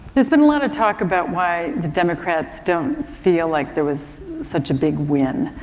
there's been a lot of talk about why the democrats don't feel like there was such a big win,